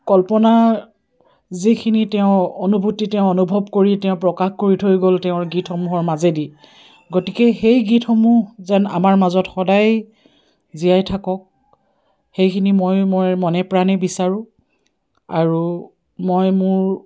কল্পনাৰ যিখিনি তেওঁ অনুভূতি তেওঁ অনুভৱ কৰি তেওঁ প্ৰকাশ কৰি থৈ গ'ল তেওঁৰ গীতসমূহৰ মাজেদি গতিকে সেই গীতসমূহ যেন আমাৰ মাজত সদায় জীয়াই থাকক সেইখিনি মই মোৰ মনে প্ৰাণে বিচাৰোঁ আৰু মই মোৰ